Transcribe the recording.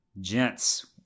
gents